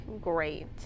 great